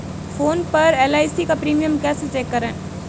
Phone पर LIC का premium कैसे चेक करें?